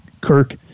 Kirk